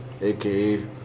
aka